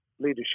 leadership